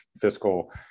fiscal